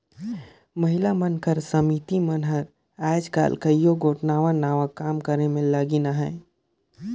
महिला मन कर समिति मन हर आएज काएल कइयो गोट नावा नावा काम करे में लगिन अहें